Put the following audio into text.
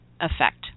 effect